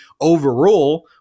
overrule